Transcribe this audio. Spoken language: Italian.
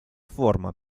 forma